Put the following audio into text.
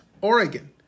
Oregon